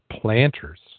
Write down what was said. planters